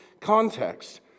context